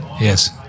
Yes